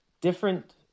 different